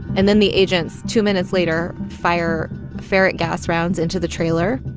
and then the agents, two minutes later, fire ferret gas rounds into the trailer